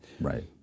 Right